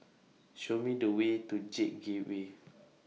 Show Me The Way to J Gateway